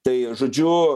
tai žodžiu